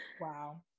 wow